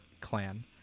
clan